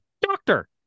doctor